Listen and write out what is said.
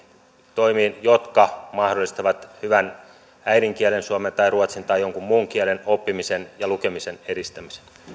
toimiin jotka mahdollistavat hyvän äidinkielen suomen tai ruotsin tai jonkun muun kielen oppimisen ja lukemisen edistämisen